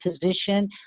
position